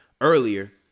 earlier